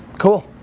cool.